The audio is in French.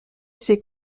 ses